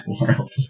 world